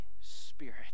spirit